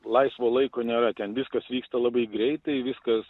laisvo laiko nėra ten viskas vyksta labai greitai viskas